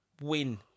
win